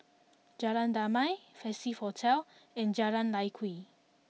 Jalan Damai Festive Hotel and Jalan Lye Kwee